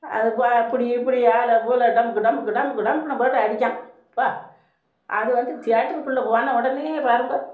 அது ப அப்படி இப்படி ஆல பூல டமுக்கு டமுக்கு டமுக்கு டமுக்குனு போட்டு அடிக்கான் போ அது வந்து தேட்ருக்குள்ளே போன உடனே பாருங்க